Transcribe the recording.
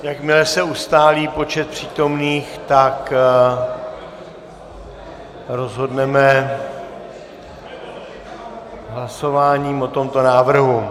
Jakmile se ustálí počet přítomných, tak rozhodneme hlasováním o tomto návrhu.